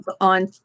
on